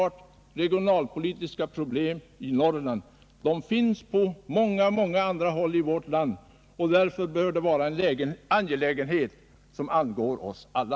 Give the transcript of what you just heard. Regionalpolitiska problem finns inte bara i Norrland utan även på många andra håll i vårt land, och därför bör detta vara en angelägenhet som angår oss alla.